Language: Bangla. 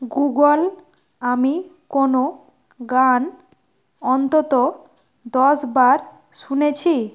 গুগল আমি কোনো গান অন্তত দশবার শুনেছি